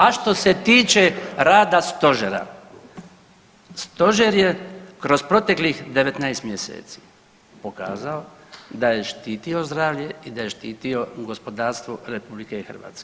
A što se tiče rada Stožera, Stožer je kroz proteklih 19 mjeseci pokazao da je štitio zdravlje i da je štitio gospodarstvo RH.